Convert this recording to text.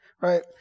right